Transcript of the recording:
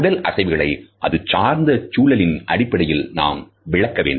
உடல் அசைவுகளை அது சார்ந்த சூழலின் அடிப்படையில் நாம் விளக்க வேண்டும்